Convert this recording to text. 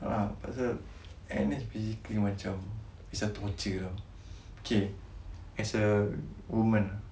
a'ah pasal N_S busy it's a torture ah K as a woman